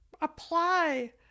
apply